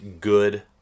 good